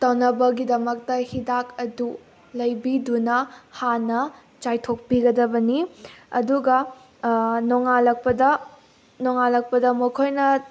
ꯇꯅꯕꯒꯤꯗꯃꯛꯇ ꯍꯤꯗꯥꯛ ꯑꯗꯨ ꯂꯩꯕꯤꯗꯨꯅ ꯍꯥꯟꯅ ꯆꯥꯏꯊꯣꯛꯄꯤꯒꯗꯕꯅꯤ ꯑꯗꯨꯒ ꯅꯣꯡꯉꯥꯜꯂꯛꯄꯗ ꯅꯣꯡꯉꯥꯜꯂꯛꯄꯗ ꯃꯈꯣꯏꯅ